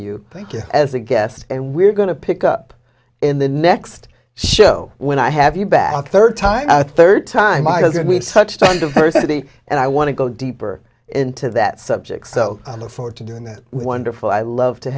you thank you as a guest and we're going to pick up in the next show when i have you back third time i third time i said we've touched on diversity and i want to go deeper into that subject so i look forward to doing that wonderful i love to